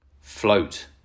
float